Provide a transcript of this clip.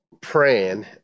praying